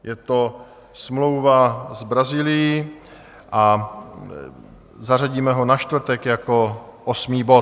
Je to smlouva s Brazílií a zařadíme ho na čtvrtek jako osmý bod.